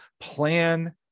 plan